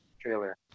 trailer